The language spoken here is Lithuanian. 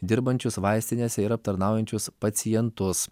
dirbančius vaistinėse ir aptarnaujančius pacientus